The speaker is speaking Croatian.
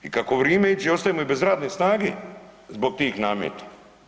I kako vrijeme ide ostajemo i bez radne snage zbog tih nameta.